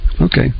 Okay